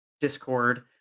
Discord